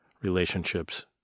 relationships